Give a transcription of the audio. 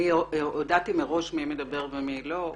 הודעתי מראש מי מדבר ומי לא.